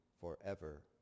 forever